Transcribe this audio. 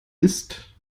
ist